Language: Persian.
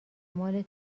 مال